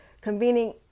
convening